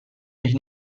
mich